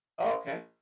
Okay